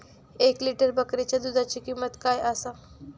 एक लिटर बकरीच्या दुधाची किंमत काय आसा?